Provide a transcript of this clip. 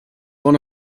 one